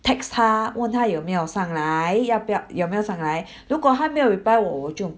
text 她问她有没有上来要不要有没有想来 如果她没有 reply 我我就